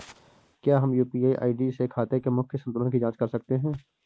क्या हम UPI ID से खाते के मूख्य संतुलन की जाँच कर सकते हैं?